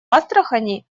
астрахани